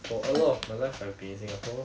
for a lot of my life I've been in singapore lor